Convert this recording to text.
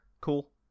Cool